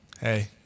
Hey